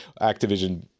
Activision